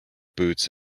boots